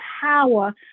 power